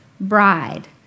bride